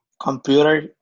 computer